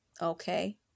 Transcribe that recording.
okay